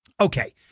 Okay